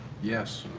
yes.